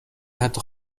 حتی